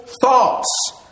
thoughts